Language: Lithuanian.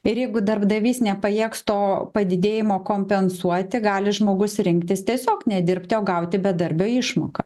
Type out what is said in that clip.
ir jeigu darbdavys nepajėgs to padidėjimo kompensuoti gali žmogus rinktis tiesiog nedirbti o gauti bedarbio išmoką